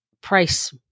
price